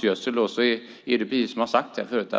fråga, som har sagts här förut.